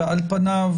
ועל פניו,